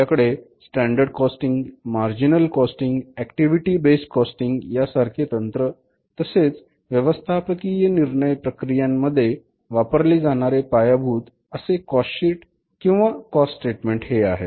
आपल्याकडे standard costing marginal costing activity base costing यासारखे तंत्र तसेच व्यवस्थापकीय निर्णय प्रक्रियांमध्ये वापरले जाणारे पायाभूत असे कॉस्ट शीट किंवा कॉस्ट स्टेटमेंट हे आहे